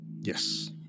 Yes